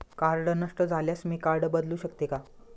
Card नष्ट झाल्यास मी कार्ड बदलू शकते का?